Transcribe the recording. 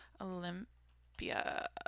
Olympia